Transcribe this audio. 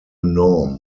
norm